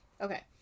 Okay